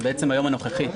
זה בעצם ביום הנוכחי.